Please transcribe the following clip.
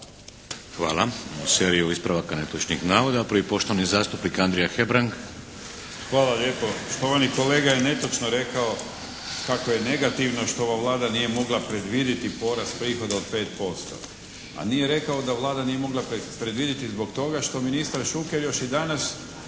Hvala. Imamo seriju ispravaka netočnih navoda. Prvi je poštovani zastupnik Andrija Hebrang. **Hebrang, Andrija (HDZ)** Hvala lijepo. Štovani kolega je netočno rekao kako je negativno što ova Vlada nije mogla predvidjeti porast prihoda od 5%. A nije rekao da Vlada nije mogla predvidjeti zbog toga što ministar Šuker još i danas